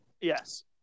Yes